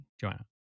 Joanna